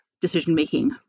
decision-making